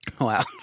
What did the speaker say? Wow